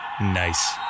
Nice